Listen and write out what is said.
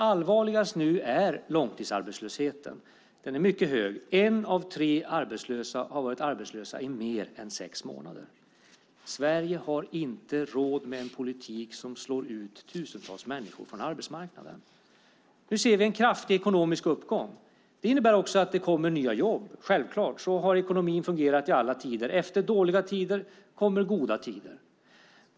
Allvarligast nu är kanske långtidsarbetslösheten som är mycket hög. En av tre arbetslösa har varit arbetslös i mer än sex månader. Sverige har inte råd med en politik som slår ut tusentals människor från arbetsmarknaden. Nu ser vi en kraftig ekonomisk uppgång. Det innebär också att det kommer nya jobb - självklart; så har ekonomin i alla tider fungerat. Efter dåliga tider kommer goda tider.